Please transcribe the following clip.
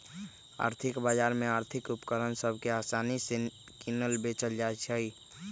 आर्थिक बजार में आर्थिक उपकरण सभ के असानि से किनल बेचल जाइ छइ